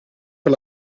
per